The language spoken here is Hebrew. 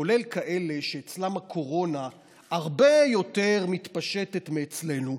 כולל כאלה שאצלן הקורונה מתפשטת הרבה יותר מאשר אצלנו,